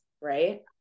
right